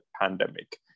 pandemic